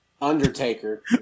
Undertaker